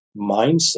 mindset